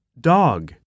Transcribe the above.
Dog